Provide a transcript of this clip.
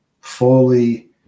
fully